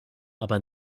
aber